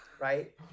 right